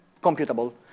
computable